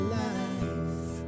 life